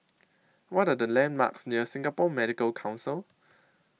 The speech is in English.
What Are The landmarks near Singapore Medical Council